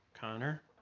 Connor